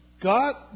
God